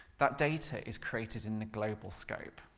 that data is created in the global scope,